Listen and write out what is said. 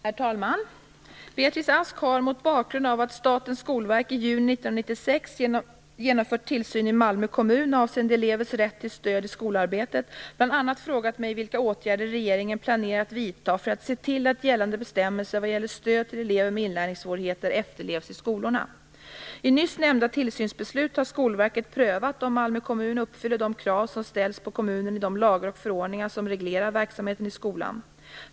Herr talman! Beatrice Ask har - mot bakgrund av att Statens skolverk i juni 1996 genomfört tillsyn i Malmö kommun avseende elevers rätt till stöd i skolarbetet - bl.a. frågat mig vilka åtgärder regeringen planerar att vidta för att se till att gällande bestämmelser vad gäller stöd till elever med inlärningssvårigheter efterlevs i skolorna. I nyss nämnda tillsynsbeslut har Skolverket prövat om Malmö kommun uppfyller de krav som ställs på kommunen i de lagar och förordningar som reglerar verksamheten i skolan.